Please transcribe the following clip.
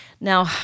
Now